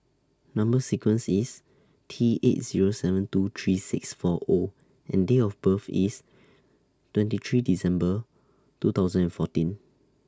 Number sequence IS T eight Zero seven two three six four O and Date of birth IS twenty three December two thousand and fourteen